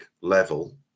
level